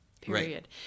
Period